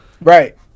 right